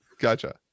Gotcha